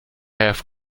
have